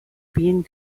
being